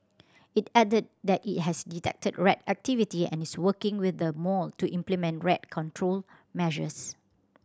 it added that it has detected rat activity and is working with the mall to implement rat control measures